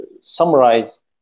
summarize